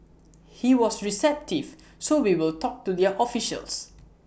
he was receptive so we will talk to their officials